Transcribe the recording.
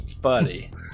buddy